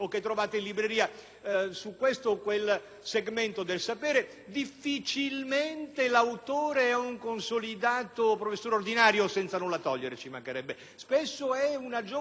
su questo o quel segmento del sapere, difficilmente l'autore è un consolidato professore ordinario, senza nulla togliere, ci mancherebbe; spesso è un giovane ricercatore che,